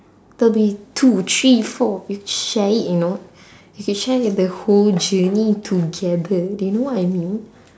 there'll be two three four we could share it you know you could share in the whole journey together do you know what I mean